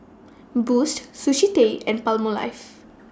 Boost Sushi Tei and Palmolive